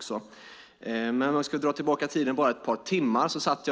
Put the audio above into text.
För att dra tillbaka tiden bara ett par timmar: Jag satt